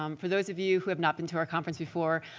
um for those of you who have not been to our conference before,